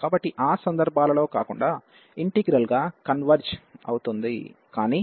కాబట్టి ఆ సందర్భాలలో కాకుండా ఇంటిగ్రల్ గా కన్వెర్జ్ అవుతుంది కాని